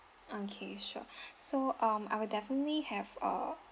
okay sure so um I will definitely have uh